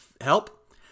help